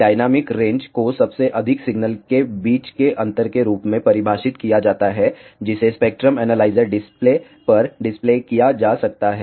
dynamic range को सबसे अधिक सिग्नल के बीच के अंतर के रूप में परिभाषित किया जाता है जिसे स्पेक्ट्रम एनालाइजर डिस्प्ले पर डिस्प्ले किया जा सकता है